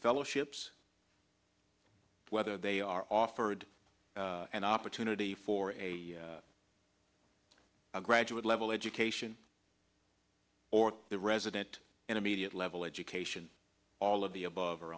fellow ships whether they are offered an opportunity for a graduate level education or the resident intermediate level education all of the above